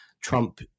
Trump